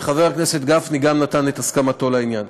וחבר הכנסת גפני גם הוא נתן את הסכמתו לעניין.